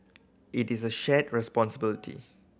it is a shared responsibility